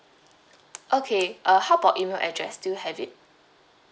okay uh how about email address do you have it